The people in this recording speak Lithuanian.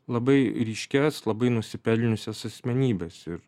labai ryškias labai nusipelniusias asmenybes ir